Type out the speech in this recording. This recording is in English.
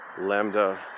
Lambda